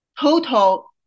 total